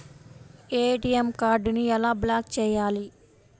ATM కార్డుని ఎలా block చేయాలి?